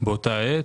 באותה עת.